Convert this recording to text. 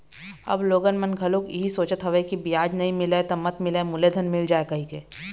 अब लोगन मन घलोक इहीं सोचत हवय के बियाज नइ मिलय त मत मिलय मूलेधन मिल जाय कहिके